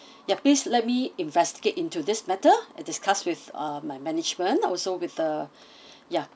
yup please let me investigate into this matter and discuss with uh my management also with the ya